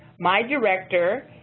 my director,